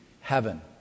heaven